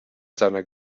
seiner